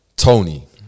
Tony